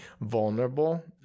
vulnerable